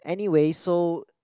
anyways so